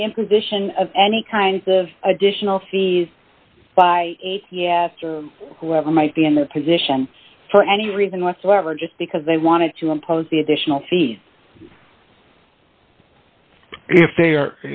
the imposition of any kind of additional fees by a c s or whoever might be in the position for any reason whatsoever just because they wanted to impose the additional fee